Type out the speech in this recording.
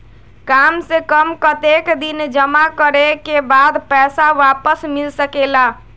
काम से कम कतेक दिन जमा करें के बाद पैसा वापस मिल सकेला?